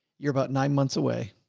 you're about nine months away.